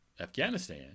Afghanistan